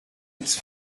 its